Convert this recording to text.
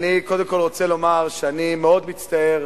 אני קודם כול רוצה לומר שאני מאוד מצטער